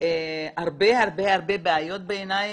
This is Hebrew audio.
הרבה הרבה בעיות, בעיניי,